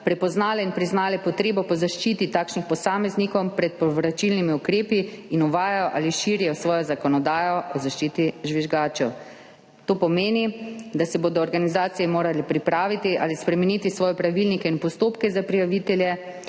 prepoznale in priznale potrebo po zaščiti takšnih posameznikov pred povračilnimi ukrepi in uvajajo ali širijo svojo zakonodajo o zaščiti žvižgačev. To pomeni, da se bodo organizacije morale pripraviti ali spremeniti svoje pravilnike in postopke za prijavitelje